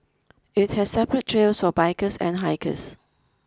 it has separate trails for bikers and hikers